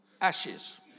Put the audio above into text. ashes